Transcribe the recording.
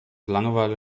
langeweile